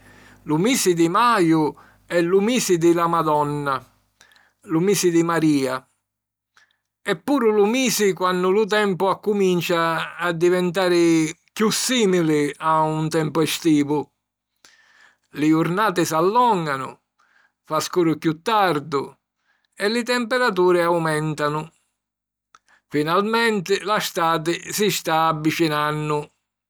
Lu misi di maju è lu misi di la Madonna, lu misi di Marìa. E' puru lu misi quannu lu tempu accumincia a diventari chiù sìmili a un tempu estivu. Li jurnati s'allònganu, fa scuru chiù tardu e li temperaturi aumèntanu: finalmenti la stati si sta abbicinannu!